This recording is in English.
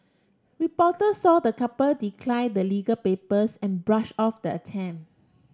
reporter saw the couple decline the legal papers and brush off the attempt